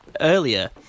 earlier